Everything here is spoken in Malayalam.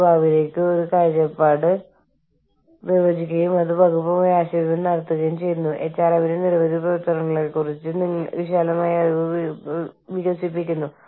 അതും നിർണ്ണയിക്കാനാകുന്ന ഒന്നാണ് ഇത് സംസ്കാരത്തിൽ നിന്ന് സംസ്കാരത്തിലേക്ക് ഒരു രാജ്യത്തുനിന്ന് മറ്റൊരു രാജ്യത്തിലേക്ക് വ്യത്യാസപ്പെടുന്നു